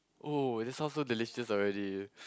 oh that sounds so delicious already